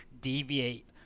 deviate